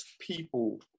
people